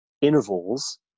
intervals